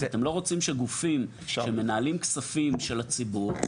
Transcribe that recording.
אתם לא רוצים שגופים שמנהלים כספים של הציבור,